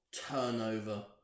turnover